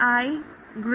i 5